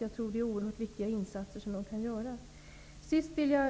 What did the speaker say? Jag tror att de insatser som frivilligorganisationerna kan göra är oerhört viktiga. Kulturministern skriver